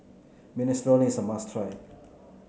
Minestrone is a must try